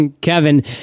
Kevin